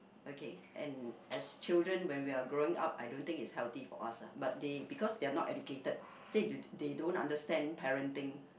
okay and as children when we are growing up I don't think it's healthy for us ah but they because they are not educated say they they don't understand parenting